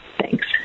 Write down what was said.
Thanks